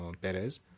Perez